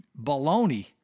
baloney